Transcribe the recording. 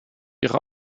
ihre